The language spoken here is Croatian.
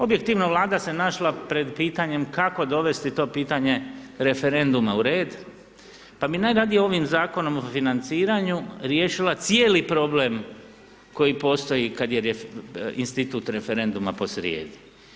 Objektivno Vlada se našla pred pitanjem kako dovesti to pitanje referenduma u red pa bi najradije ovim zakonom o financiranju riješila cijeli problem koji postoji kada je institut referenduma posrijedi.